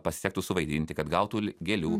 pasisektų suvaidinti kad gautų gėlių